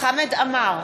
חמד עמאר,